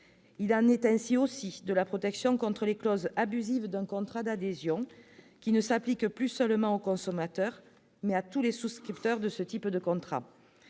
a un est ainsi aussi de la protection contre les clauses abusives d'un contrat d'adhésion qui ne s'applique plus seulement aux consommateurs, mais à tous les souscripteurs de ce type de contrat,